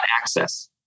access